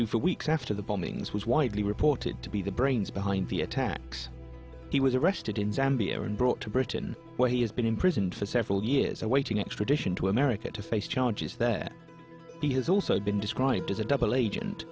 you for weeks after the bombings was widely reported to be the brains behind the attacks he was arrested in zambia and brought to britain where he has been imprisoned for several years awaiting extradition to america to face charges there he has also been described as a double agent